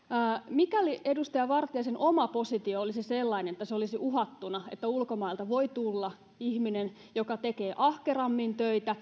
mikäli edustaja vartiaisen oma positio olisi sellainen että se olisi uhattuna että ulkomailta voi tulla ihminen joka tekee ahkerammin